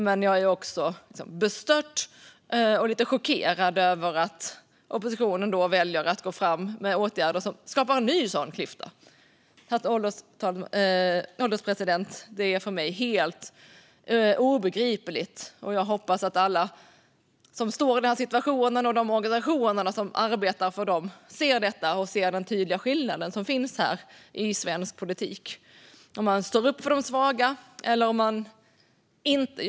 Men jag är bestört och lite chockerad över att oppositionen väljer att gå fram med åtgärder som skapar en ny sådan klyfta. Det är för mig, herr ålderspresident, helt obegripligt. Jag hoppas att alla som befinner sig i denna situation och de organisationer som arbetar med dessa frågor ser den tydliga skillnaden i svensk politik - om man står upp för de svaga eller inte.